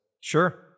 Sure